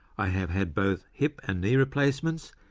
i have had both hip and knee replacements,